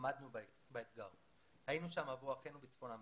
עמדנו באתגר, היינו שם עבור אחינו בצפון אמריקה,